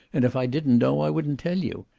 and if i did know i wouldn't tell you.